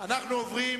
אנחנו עוברים